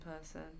person